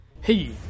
Hey